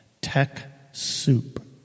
TechSoup